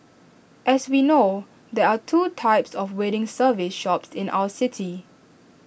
as we know there are two types of wedding service shops in our city